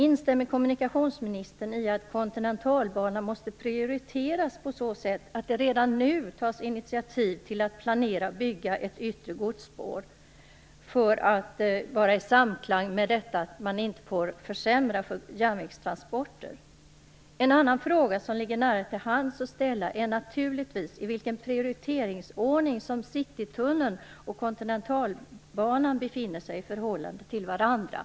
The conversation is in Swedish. Instämmer kommunikationsministern i att Kontinentalbanan måste prioriteras på så sätt att det redan nu tas initiativ till att planera och bygga ett yttre godsspår, så att man är i samklang med strävan att inte försämra förutsättningarna för järnvägstransporter? En annan fråga som det ligger nära till hands att ställa är naturligtvis den om i vilken prioriteringsordning Citytunneln och Kontinentalbanan befinner sig i förhållande till varandra.